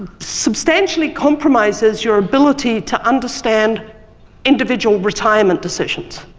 substantially compromises your ability to understand individual retirement decisions,